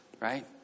right